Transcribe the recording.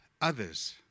others